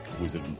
wizard